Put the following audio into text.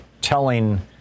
telling